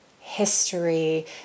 history